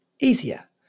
easier